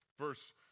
Verse